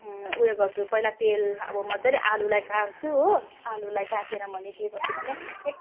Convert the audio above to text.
उयो गर्छु पहिला तेल अब मजाले आलुलाई काट्छु हो आलुलाई काटेर मैले के गर्छु भने